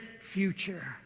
future